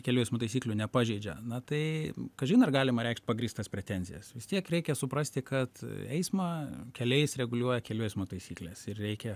kelių eismo taisyklių nepažeidžia na tai kažin ar galima reikšt pagrįstas pretenzijas vis tiek reikia suprasti kad eismą keliais reguliuoja kelių eismo taisyklės ir reikia